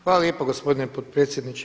Hvala lijepo gospodine potpredsjedniče.